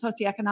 socioeconomic